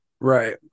Right